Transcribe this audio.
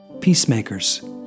Peacemakers